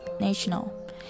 National